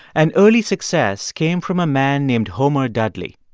an early success came from a man named homer dudley.